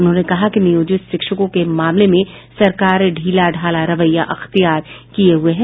उन्होंने कहा कि नियोजित शिक्षकों के मामले में सरकार ढीला ढाला रवैया अख्तियार किये हुए है